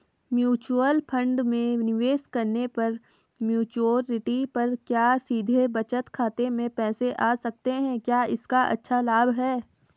Mutual fund में निवेश करने पर मैच्योरिटी पर क्या सीधे बचत खाते में पैसे आ सकते हैं क्या इसका अच्छा लाभ है?